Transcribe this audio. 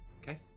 Okay